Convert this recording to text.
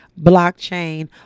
blockchain